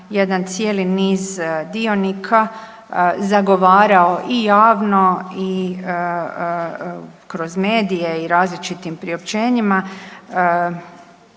jedan cijeli niz dionika zagovarao i javno i kroz medije i različitim priopćenjima